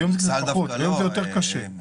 היום זה יותר קשה.